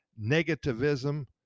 negativism